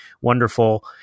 wonderful